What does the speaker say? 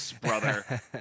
brother